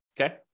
Okay